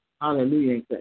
Hallelujah